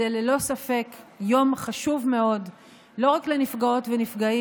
זה ללא ספק יום חשוב מאוד לא רק לנפגעות ונפגעים,